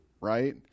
right